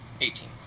Eighteen